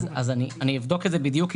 אבדוק את זה בדיוק.